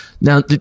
now